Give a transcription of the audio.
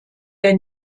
der